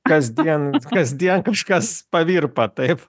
kasdien kasdien kažkas pavirpa taip